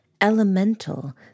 elemental